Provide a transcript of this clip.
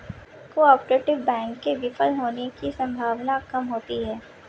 cooperative bank के विफल होने की सम्भावना काम होती है